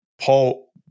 Paul